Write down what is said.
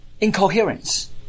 incoherence